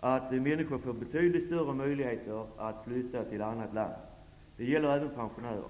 att människor får betydligt större möjligheter att flytta till ett annat land. Det gäller även pensionärer.